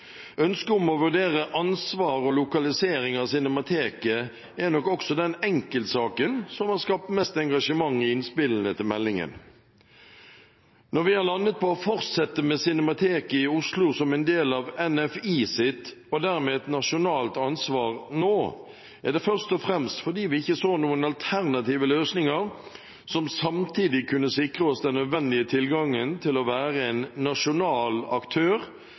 Ønsket om å vurdere ansvar for og lokalisering av Cinemateket er nok også den enkeltsaken som har skapt mest engasjement i innspillene til meldingen. Når vi har landet på å fortsette med Cinemateket i Oslo som en del av NFIs ansvar – og dermed et nasjonalt ansvar – nå, er det først og fremst fordi vi ikke så noen alternative løsninger som samtidig kunne sikre oss den nødvendige tilgangen til å være en nasjonal aktør